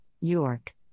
York